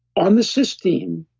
on the cysteine,